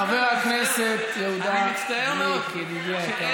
חבר הכנסת יהודה גליק, ידידי היקר.